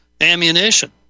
ammunition